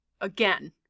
Again